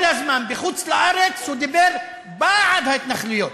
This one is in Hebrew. כל הזמן הוא דיבר בחוץ-לארץ בעד ההתנחלויות,